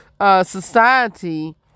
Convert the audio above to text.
society